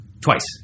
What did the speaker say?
twice